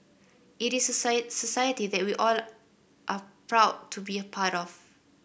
it is society that we all are proud to be a part of